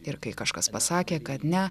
ir kai kažkas pasakė kad ne